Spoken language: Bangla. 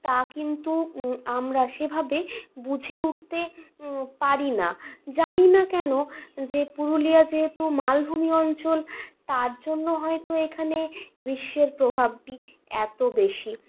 তা কিন্তু আমরা সেভাবে বুঝে উঠতে পারি না জানি না কেন যে পুরুলিয়া যেহেতু মালভূমি অঞ্চল তার জন্য হয়ত এখানে গ্রীষ্মের প্রভাবটি এত বেশি